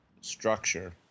structure